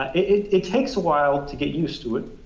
it it takes a while to get used to it.